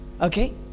Okay